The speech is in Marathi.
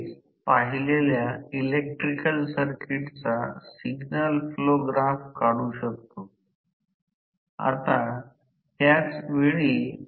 म्हणून रोटर अशाप्रकारे समक्रमित वेग ns पर्यंत पोहोचू शकत नाही तो स्लिप होईल प्रत्यक्षात ते प्रेरण मोटर साठी असेल जे ns पेक्षा कमी असावे रोटर n च्या तुलनेत वेगात चालू असेल